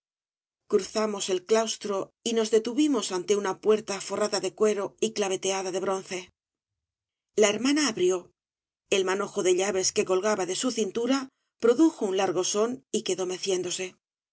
cruzamos el claustro y nos detuvimos ante una obras de valle inclan puerta forrada de cuero y claveteada de bronce la hermana abrió el manojo de llaves que colgaba de su cintura produjo un largo son y quedó meciéndose